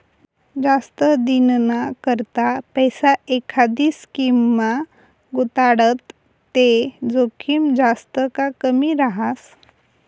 जास्त दिनना करता पैसा एखांदी स्कीममा गुताडात ते जोखीम जास्त का कमी रहास